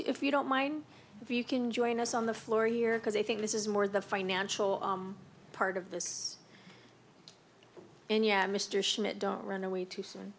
if you don't mind if you can join us on the floor here because i think this is more the financial part of this and yeah mr schmidt don't run away too soon